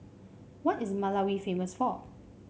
what is Malawi famous for